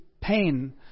pain